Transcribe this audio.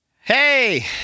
hey